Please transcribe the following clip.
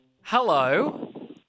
hello